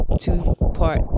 two-part